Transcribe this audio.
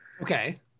Okay